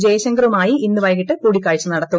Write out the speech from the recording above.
ജയശങ്കറുമായി ഇന്ന് വൈകിട്ട് കൂടിക്കാഴ്ച നടത്തും